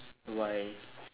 why